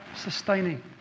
sustaining